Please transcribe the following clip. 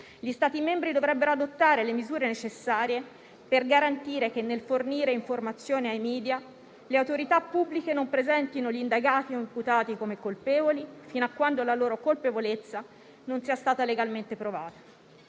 «Gli Stati membri dovrebbero adottare le misure necessarie per garantire che, nel fornire informazioni ai *media*, le autorità pubbliche non presentino gli indagati o imputati come colpevoli, fino a quando la loro colpevolezza non sia stata legalmente provata».